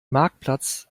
marktplatz